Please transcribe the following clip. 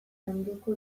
landuko